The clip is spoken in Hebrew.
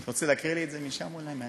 אתה רוצה להקריא לי את זה משם, אולי?